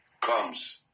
comes